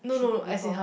she put before